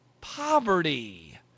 poverty